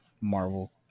Marvel